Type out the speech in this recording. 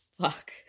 fuck